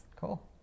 Cool